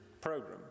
program